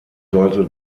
sollte